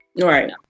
Right